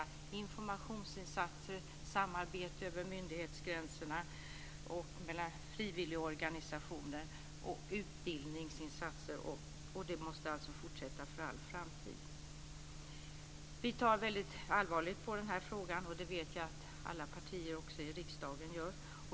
Informationsinsatser, samarbete över myndighetsgränser och med frivilligorganisationer samt utbildningsinsatser måste alltså fortsätta för all framtid. Vi ser väldigt allvarligt på den här frågan, och det vet jag att alla partier i riksdagen gör.